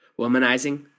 womanizing